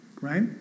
Right